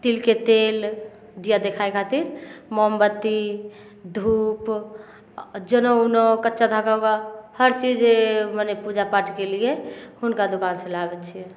तिलके तेल दीया देखाय खातिर मोमबत्ती धुप जनउ उनउ कच्चा धागा उगा हर चीज मने पूजापाठके लिए हुनका दोकानसँ लाबै छियै